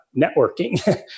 networking